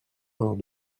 hors